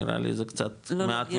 נראה לי זה קצת מעט מידי.